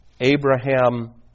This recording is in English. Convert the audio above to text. Abraham